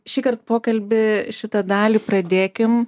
šįkart pokalbį šitą dalį pradėkim